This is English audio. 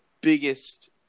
biggest